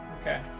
Okay